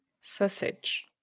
sausage